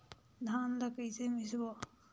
धान ला कइसे मिसबो?